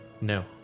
No